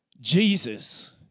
Jesus